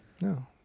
No